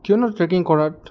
কিয়নো ট্ৰেকিং কৰাত